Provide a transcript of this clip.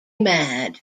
mad